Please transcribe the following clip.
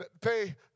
Pay